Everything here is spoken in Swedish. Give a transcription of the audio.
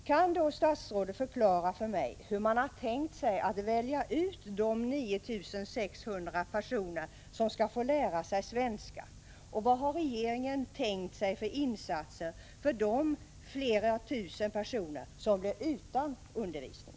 Kan statsrådet förklara för mig hur regeringen har tänkt sig att de 9 600 personerna som skall få lära sig svenska skall väljas ut. Och vilka insatser har regeringen tänkt sig för de flera tusen personer som blir utan undervisning?